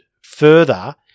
further